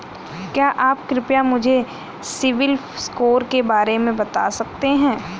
क्या आप कृपया मुझे सिबिल स्कोर के बारे में बता सकते हैं?